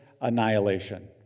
annihilation